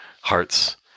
hearts